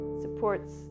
supports